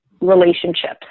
relationships